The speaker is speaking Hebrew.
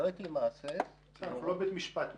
לא הייתי מהסס --- אנחנו לא בית משפט פה.